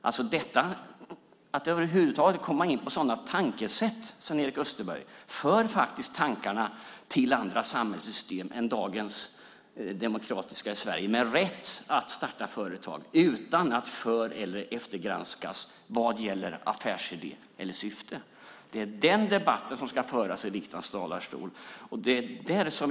Att över huvud taget komma in på sådana tankesätt, Sven-Erik Österberg, för tankarna till andra samhällssystem än dagens demokratiska i Sverige, där man har rätt att starta företag utan att för eller eftergranskas vad gäller affärsidé eller syfte. Det är den debatten som ska föras i riksdagens talarstol.